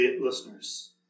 listeners